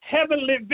heavenly